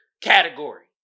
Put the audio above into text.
category